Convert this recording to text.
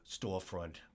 storefront